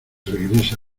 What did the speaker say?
regrese